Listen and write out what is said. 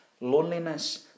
loneliness